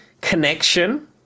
connection